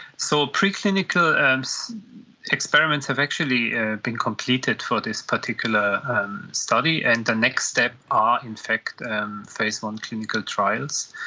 so preclinical um so experiments have actually ah been completed for this particular study, and the next step are in fact phase one clinical trials,